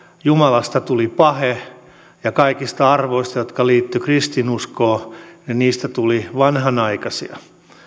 jumalasta tuli pahe ja kaikista arvoista jotka liittyivät kristinuskoon vanhanaikaisia